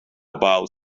about